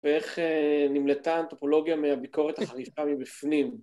ואיך נמלטה האנתרופולוגיה מהביקורת החריפה מבפנים.